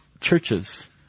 churches